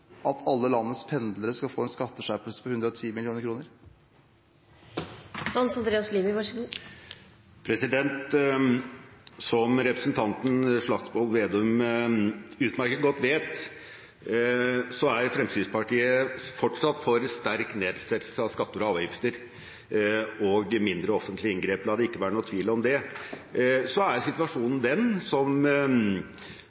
at alle landets pendlere skal få en skatteskjerpelse på 110 mill. kr? Som representanten Slagsvold Vedum utmerket godt vet, er Fremskrittspartiet fortsatt for sterk nedsettelse av skatter og avgifter og mindre offentlige inngrep – la det ikke være noen tvil om det. Så er